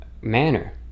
manner